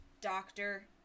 doctor